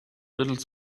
little